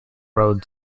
road